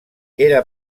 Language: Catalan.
era